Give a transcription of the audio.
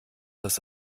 das